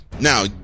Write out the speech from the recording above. Now